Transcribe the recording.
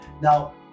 Now